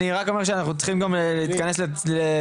אני רק אומר שאנחנו צריכים גם להתכנס לסיום,